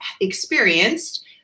experienced